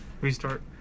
Restart